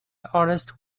artist